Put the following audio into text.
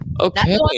okay